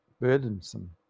burdensome